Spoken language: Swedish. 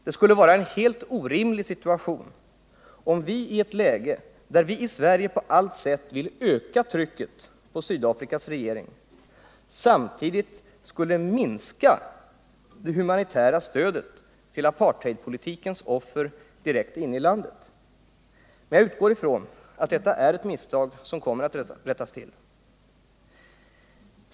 Det vore orimligt om vi i ett läge när Sverige på allt sätt vill öka trycket på Sydafrikas regering skulle minska det humanitära stödet till apartheidpolitikens offer direkt inne i landet. Men jag utgår som sagt ifrån att detta är ett misstag som kommer att rättas till.